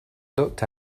looked